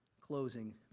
Closing